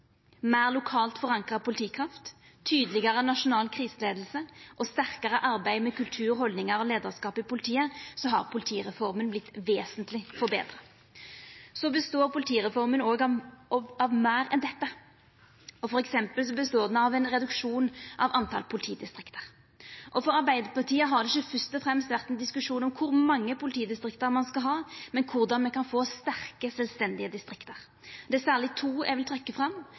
meir lokalt forankra politikraft, tydelegare nasjonal kriseleiing og sterkare arbeid med kultur, haldningar og leiarskap i politiet – har politireforma vorte vesentleg betra. Politireforma består av meir enn dette. Ho består f.eks. av ein reduksjon av talet på politidistrikt. For Arbeidarpartiet har det ikkje fyrst og fremst vore ein diskusjon om kor mange politidistrikt ein skal ha, men korleis me kan få sterke, sjølvstendige distrikt. Det er særleg to eg vil trekkja fram: